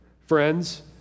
Friends